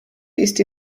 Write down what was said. ist